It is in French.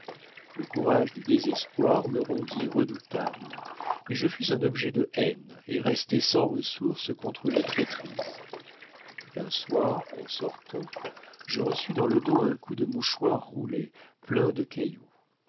le courage du désespoir me rendit redoutable mais je fus un objet de haine et restai sans ressources contre les traîtrises un soir en sortant je reçus dans le dos un coup de mouchoir roulé plein de cailloux